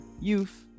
youth